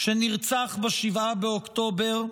שנרצח ב-7 באוקטובר,